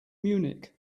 munich